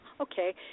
Okay